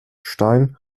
stein